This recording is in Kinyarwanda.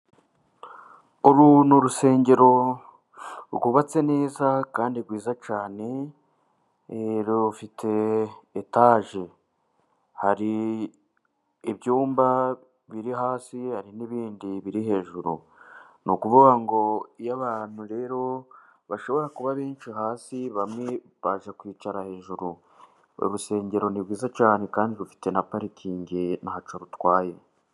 Uru ni urusengero rwubatse neza kandi rwiza cyane rufite etage, hari ibyumba biri hasi hari n'ibindi biri hejuru, ni ukuvuga ngo iyo abantu rero bashobora kuba benshi hasi bamwe bajya kwicara hejuru uru rusengero ni rwiza cyane kandi rufite na parikingi ntacyo rutwaye.